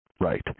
right